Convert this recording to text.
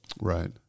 Right